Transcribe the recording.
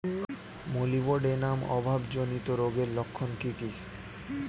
Molybdenum অভাবজনিত রোগের লক্ষণ কি কি?